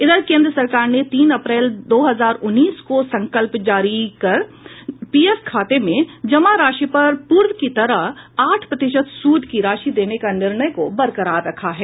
इधर केंद्र सरकार ने तीन अप्रैल दो हजार उन्नीस को संकल्प जारी कर पीएफ खाते में जमा राशि पर पूर्व की तरह आठ प्रतिशत सूद की राशि देने के निर्णय को बरकरार रखा है